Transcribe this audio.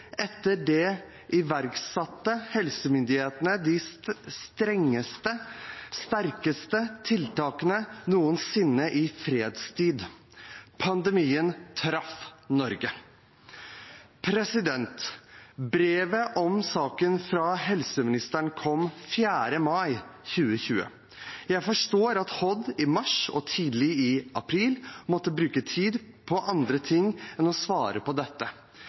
etter det iverksatte helsemyndighetene de sterkeste tiltakene noensinne i fredstid. Pandemien traff Norge. Brevet om saken fra helseministeren kom 4. mai 2020. Jeg forstår at Helse- og omsorgsdepartementet i mars og tidlig i april måtte bruke tid på andre ting enn å svare på dette,